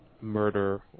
murder